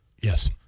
yes